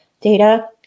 data